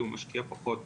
הוא משקיע פחות ולכן,